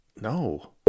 No